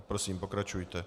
Prosím, pokračujte.